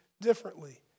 differently